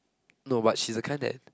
no but she is the kind that